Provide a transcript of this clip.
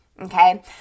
okay